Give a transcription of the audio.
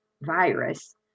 virus